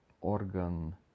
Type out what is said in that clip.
organ